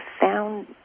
found